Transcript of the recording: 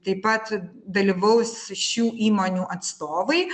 taip pat dalyvaus šių įmonių atstovai